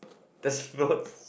that's not